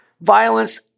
violence